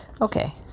Okay